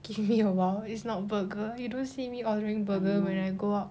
give me awhile it's not burger you don't see me ordering burger when I go out